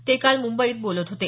ते काल मुंबईत बोलत होते